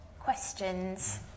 Questions